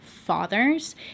fathers